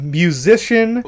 musician